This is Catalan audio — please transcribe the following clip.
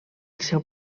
seu